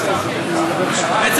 המצוי בחקירה מהרכבת ממשלה) לא נתקבלה.